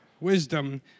wisdom